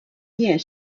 year